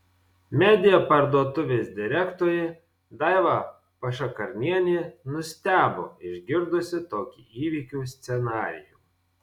media parduotuvės direktorė daiva pašakarnienė nustebo išgirdusi tokį įvykių scenarijų